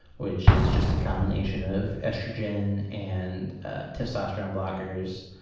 which is just a combination of estrogen and testosterone blockers.